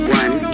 one